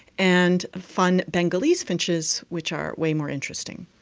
and fun bengalese finches which are way more interesting.